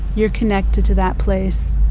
you're connected to that place.